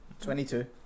Twenty-two